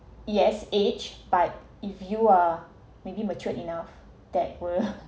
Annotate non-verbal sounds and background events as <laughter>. yes age by if you're maybe matured enough that were <laughs>